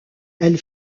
elle